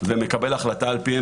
ומקבל החלטה על פיהן